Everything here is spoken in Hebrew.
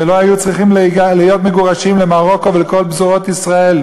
ולא היו צריכים להיות מגורשים למרוקו ולכל פזורות ישראל,